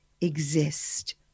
exist